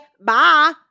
bye